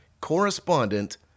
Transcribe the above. Correspondent